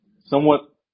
somewhat